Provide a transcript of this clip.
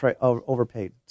overpaid